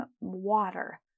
water